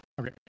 okay